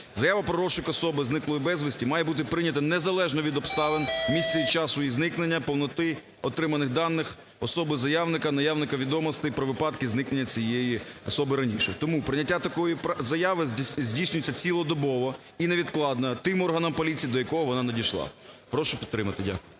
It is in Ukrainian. Заява про розшук особи, зниклої безвісти, має бути прийнята незалежно від обставин, місця, часу і зникнення, повноти отриманих даних особи заявника, наявності відомостей про випадки зникнення цієї особи раніше. Тому прийняття такої заяви здійснюється цілодобово і невідкладно тим органом поліції, до якого вона надійшла. Прошу підтримати. Дякую.